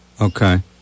Okay